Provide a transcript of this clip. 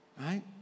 Right